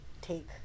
take